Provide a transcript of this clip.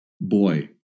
boy